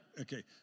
okay